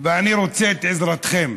ואני רוצה את עזרתכם.